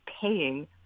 paying